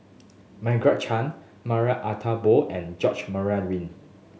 Margaret Chan Marie Ethel Bong and George Murray Reith